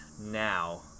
now